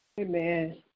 Amen